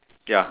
ya